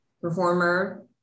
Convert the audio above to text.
performer